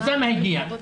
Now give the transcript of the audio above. בבקשה.